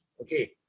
okay